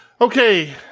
Okay